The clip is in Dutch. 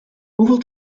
hoeveel